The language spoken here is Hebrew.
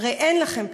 הרי אין לכם פתרון.